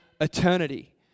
eternity